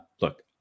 Look